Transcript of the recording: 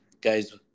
guys